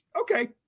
Okay